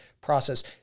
process